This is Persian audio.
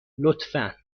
لطفا